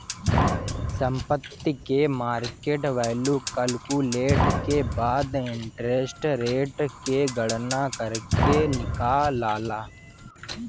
संपत्ति के market value calculate के बाद इंटरेस्ट रेट के गणना करके निकालाला